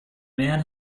man